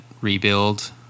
rebuild